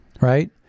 Right